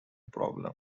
problem